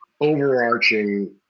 overarching